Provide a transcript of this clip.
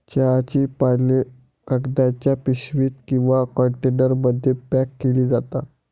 चहाची पाने कागदाच्या पिशवीत किंवा कंटेनरमध्ये पॅक केली जातात